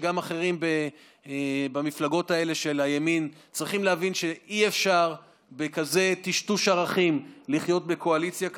וגם אחרים במפלגות הימין צריכים להבין שאי-אפשר לחיות בקואליציה כזו,